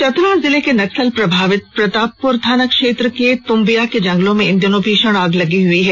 चतरा जिले के नक्सल प्रभावित प्रतापपुर थाना क्षेत्र के तुम्बिया के जंगलों में इन दिनों भीषण आग लगी हुई है